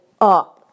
up